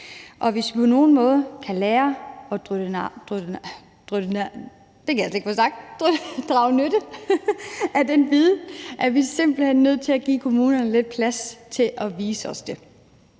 og hvis vi på nogen måde kan lære at drage nytte af den viden, er vi simpelt hen nødt til at give kommunerne lidt plads til at vise os det.